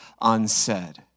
unsaid